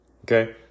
Okay